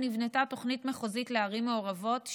נבנתה תוכנית מחוזית לערים מעורבות,